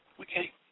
Okay